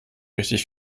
richtig